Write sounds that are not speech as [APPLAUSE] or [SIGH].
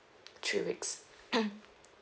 three weeks [COUGHS]